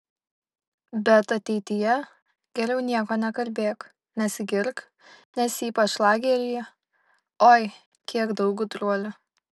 bet ateityje geriau nieko nekalbėk nesigirk nes ypač lageryje oi kiek daug gudruolių